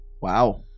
Wow